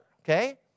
okay